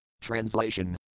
Translation